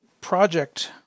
project